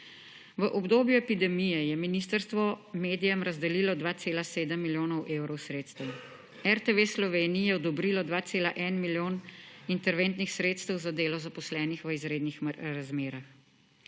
V obdobju epidemije je ministrstvo medijem razdelilo 2,7 milijona evrov sredstev. RTV Sloveniji je odobrilo 2,1 milijona interventnih sredstev za delo zaposlenih v izrednih razmerah.